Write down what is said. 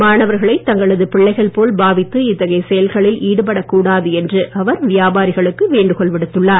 மாணவர்களை தங்களது பிள்ளைகள் போல் பாவித்து இத்தகைய செயல்களில் ஈடுபடக் கூடாது என்று அவர் வியாபாரிகளுக்கு வேண்டுகோள் விடுத்துள்ளார்